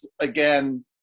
again